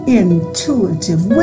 intuitive